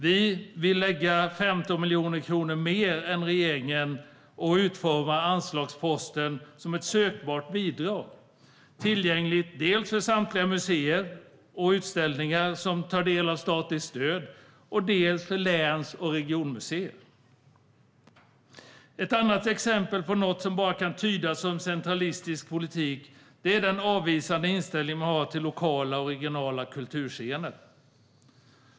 Vi vill lägga 15 miljoner kronor mer än regeringen och utforma anslagsposten som ett sökbart bidrag, tillgängligt dels för samtliga museer och utställningar som tar del av statligt stöd, dels för läns och regionmuseer. Ett annat exempel på något som bara kan tydas som centralistisk politik är den avvisande inställning man har till lokala och regionala kulturscener.